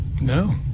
No